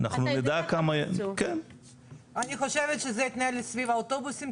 אני חושבת שזה יתנהל סביב האוטובוסים,